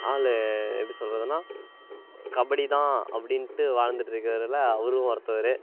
ஆள் எப்படி சொல்கிறதுனா கபடி தான் அப்படின்ட்டு வாழ்ந்துகிட்டு இருக்கிறவருல அவரும் ஒருத்தரு